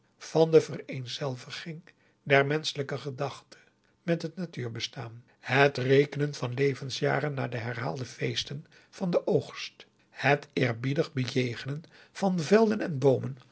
van de vereenzelviging der menschelijke gedachte met het natuurbestaan het rekenen van levensjaren naar de herhaalde feesten van den oogst het eerbiedig bejegenen van velden en boomen